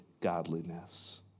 godliness